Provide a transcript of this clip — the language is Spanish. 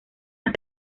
las